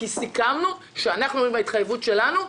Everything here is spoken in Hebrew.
כי סיכמנו שאנחנו עומדים בהתחייבות שלנו,